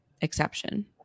exception